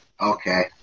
Okay